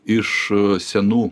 iš senų